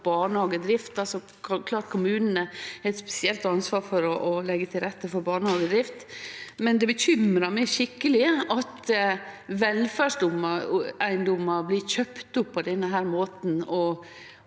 barnehagedrift. Det er klart at kommunane har eit spesielt ansvar for å leggje til rette for barnehagedrift, men det bekymrar meg skikkeleg at velferdseigedomar blir kjøpte opp på denne måten,